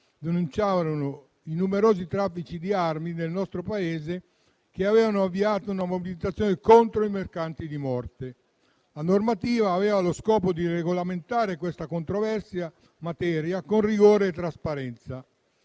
denunciavano numerosi traffici di armi nel nostro Paese e che avevano avviato una mobilitazione contro i mercanti di morte. La normativa aveva lo scopo di regolamentare questa controversa materia con rigore e trasparenza.